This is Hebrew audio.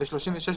התשי"ב 1952,